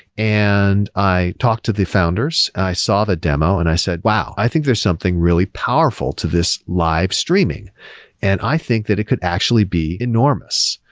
and i talked to the founders and i saw the demo and i said, wow! i think there's something really powerful to this live streaming and i think that it could actually be enormous,